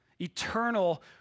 Eternal